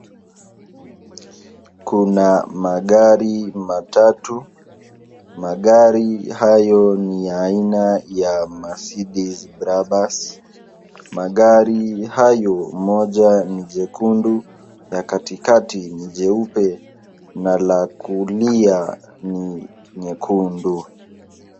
Kuna magari matatu. Magari hayo ni aina ya Mercedes Brabus. Magari hayo, moja ni jekundu na katikati ni jeupe na la kulia ni nyekundu